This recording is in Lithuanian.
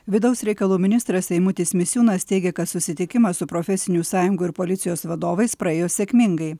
vidaus reikalų ministras eimutis misiūnas teigia kad susitikimas su profesinių sąjungų ir policijos vadovais praėjo sėkmingai